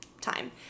time